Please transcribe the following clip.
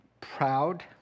proud